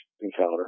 encounter